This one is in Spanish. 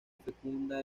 fecunda